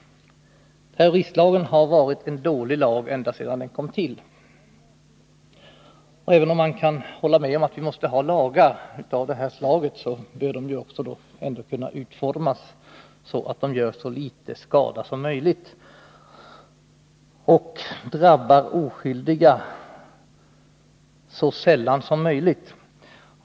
Terroristlagen har varit en dålig lag ända sedan den kom till. Även om man kan hålla med om att vi måste ha lagar av det här slaget bör de kunna utformas så att de gör så liten skada som möjligt och drabbar oskyldiga så sällan som möjligt.